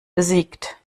besiegt